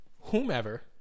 whomever